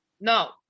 No